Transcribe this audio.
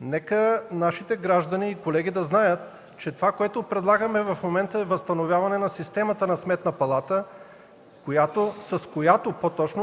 Нека нашите граждани и колеги да знаят, че това, което предлагаме в момента, е възстановяване на системата на Сметна палата, с която